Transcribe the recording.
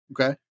Okay